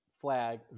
flag